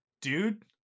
dude